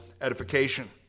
edification